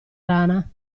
rana